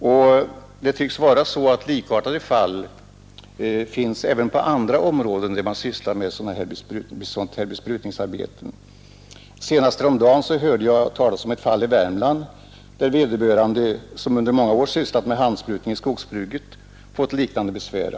Liknande fall tycks finnas även på andra områden där man sysslar med sådana här besprutningsarbeten. Senast häromdagen hörde jag också talas om ett fall i Värmland där vederbörande, som under många år sysslat med handsprutning i skogsbruket, fått liknande besvär.